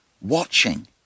watching